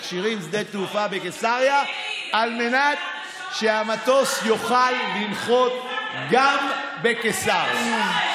מכשירים שדה תעופה בקיסריה על מנת שהמטוס יוכל לנחות גם בקיסריה.